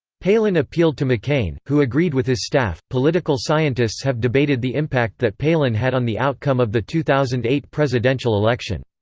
palin appealed to mccain, who agreed with his staff political scientists have debated the impact that palin had on the outcome of the two thousand and eight presidential election.